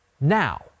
now